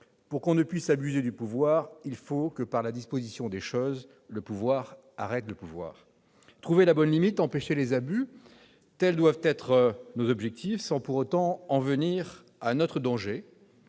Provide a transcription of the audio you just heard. Pour qu'on ne puisse abuser du pouvoir, il faut que, par la disposition des choses, le pouvoir arrête le pouvoir. » Trouver la bonne limite, empêcher les abus, tels doivent être nos objectifs, sans pour autant en venir à un autre danger.